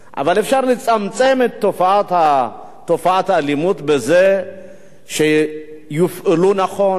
אבל אפשר לצמצם את תופעת האלימות בזה שיופעלו נכון,